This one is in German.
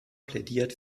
plädiert